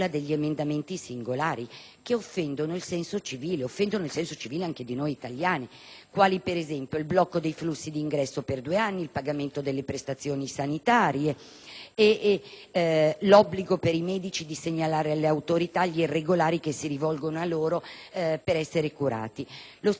emendamenti singolari, che offendono il senso civile anche di noi italiani, quali il blocco dei flussi di ingresso per 2 anni, il pagamento delle prestazioni sanitarie pubbliche, l'obbligo per i medici di segnalazione alle autorità degli irregolari che si rivolgono a loro per essere curati. Lo stesso presidente della Camera, onorevole